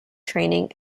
training